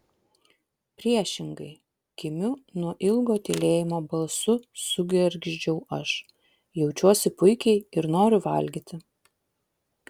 priešingai kimiu nuo ilgo tylėjimo balsu sugergždžiau aš jaučiuosi puikiai ir noriu valgyti